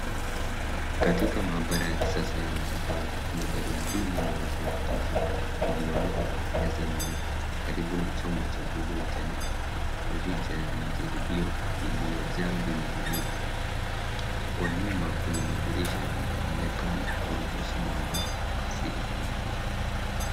Katika maabara ya kisasa ya matibabu, kuna darubini nyeupe ya kijivu iliyowekwa kwenye meza nyeupe karibu na chombo cha buluu chenye mirija ya majaribio iliyojaa vimiminika. Kwa nyuma, kuna madirisha yanayoonekana kuruhusu mwanga wa asili kuingia.